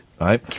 right